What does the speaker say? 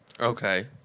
Okay